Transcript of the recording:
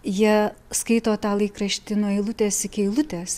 jie skaito tą laikraštį nuo eilutės iki eilutės